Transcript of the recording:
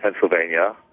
Pennsylvania